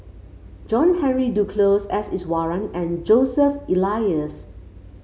John Henry Duclos S Iswaran and Joseph Elias